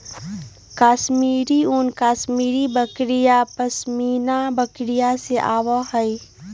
कश्मीरी ऊन कश्मीरी बकरियन, पश्मीना बकरिवन से आवा हई